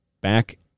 back